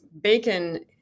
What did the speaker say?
Bacon